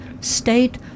state